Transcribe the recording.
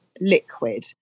liquid